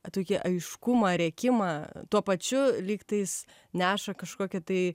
tokį aiškumą rėkimą tuo pačiu lygtais neša kažkokią tai